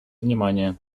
внимание